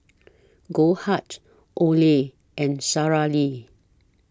Goldheart Olay and Sara Lee